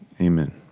Amen